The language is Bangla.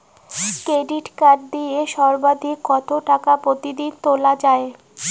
ডেবিট কার্ড দিয়ে সর্বাধিক কত টাকা প্রতিদিন তোলা য়ায়?